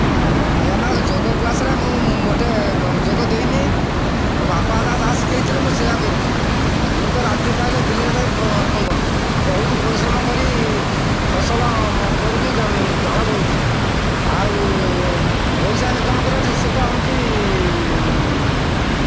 ହଁ ନାହିଁ ମା ଯୋଗ କ୍ଲାସ୍ରେ ମୁଁ ମୋଟେ ଯୋଗ ଦେଇନି ମୋ ବାପା ଯାହା ଶିଖାଇଥିଲେ ମୁଁ ସେଇୟା କରୁଛି ମୁଁ ତ ରାତି ପାଇଲେ ବିଲରେ ଯାଇ ବହୁତ ପରିଶ୍ରମ କରି ଫସଲ କରୁଛି ଝାଳ ବହୁଛି ଆଉ ପଇସା ଇନକମ୍ କରିବା ସେ ତ ହେଉଛି